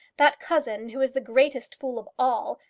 that cousin who is the greatest fool of all,